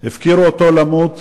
הפקירו אותו למות,